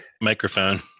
microphone